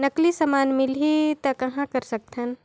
नकली समान मिलही त कहां कर सकथन?